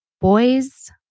boys